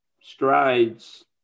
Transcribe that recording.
strides